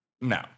No